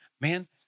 man